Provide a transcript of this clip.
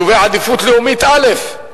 יישובי אזור עדיפות לאומית א',